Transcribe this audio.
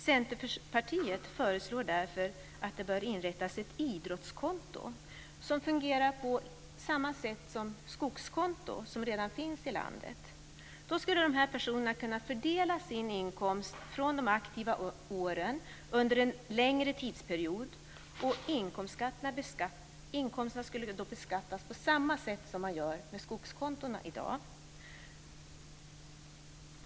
Centerpartiet föreslår därför att det bör inrättas ett idrottskonto som fungerar på samma sätt som skogskonto, som redan finns i landet. Då skulle de här personerna kunna fördela sin inkomst från de aktiva åren under en längre tidsperiod, och inkomsterna skulle beskattas på samma sätt som man gör med skogskontona i dag.